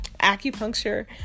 Acupuncture